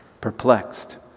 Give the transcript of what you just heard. perplexed